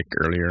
earlier